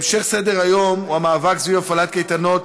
המשך סדר-היום: המאבק סביב הפעלת קייטנות